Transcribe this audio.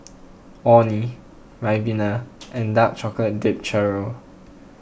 Orh Nee Ribena and Dark Chocolate Dipped Churro